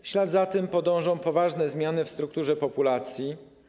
W ślad za tym podążą poważne zmiany w strukturze populacji.